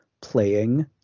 playing